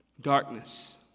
Darkness